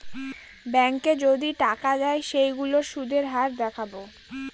ব্যাঙ্কে যদি টাকা দেয় সেইগুলোর সুধের হার দেখাবো